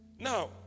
Now